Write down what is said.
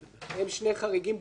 הם שני חריגים בולטים.